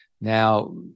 Now